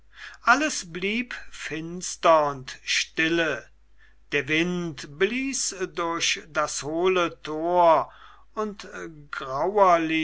alles blieb finster und stille der wind blies durch das hohle tor und